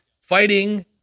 Fighting